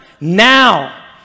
Now